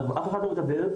אף אחד לא מדבר.